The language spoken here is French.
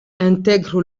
intègre